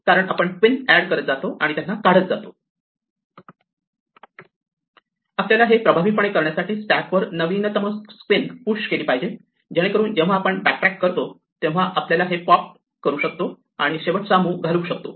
कारण आपण queen add करत जातो आणि त्यांना काढत जातो आपल्याला हे प्रभावीपणे करण्यासाठी स्टॅक वर नवीनतम क्वीन पुश केली पाहिजे जेणेकरून जेव्हा आपण बॅक ट्रॅक करतो तेव्हा आपण हे पॉप करू शकतो आणि शेवटचा मुव्ह घालवू शकतो